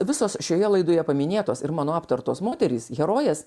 visos šioje laidoje paminėtos ir mano aptartos moterys herojės